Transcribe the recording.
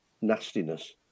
nastiness